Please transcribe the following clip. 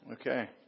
Okay